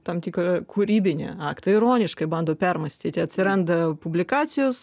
tam tikrą kūrybinį aktą ironiškai bando permąstyti atsiranda publikacijos